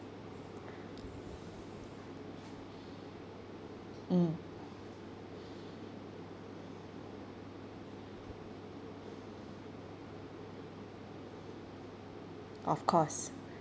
mm of course